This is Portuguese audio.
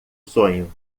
sonho